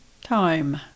time